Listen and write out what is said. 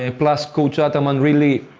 and plus coach ah ataman really,